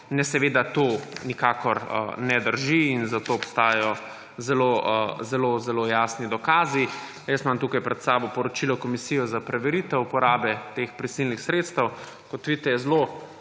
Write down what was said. Ne, seveda to nikakor ne drži in za to obstajajo zelo zelo zelo jasni dokazi. Tukaj pred sabo imam poročilo komisije za preveritev uporabe teh prisilnih sredstev. Kot vidite, je zelo